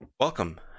Welcome